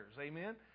amen